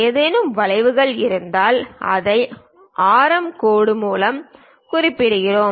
ஏதேனும் வளைவுகள் இருந்தால் அதை ஆரம் கோடு மூலம் குறிக்கிறோம்